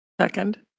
Second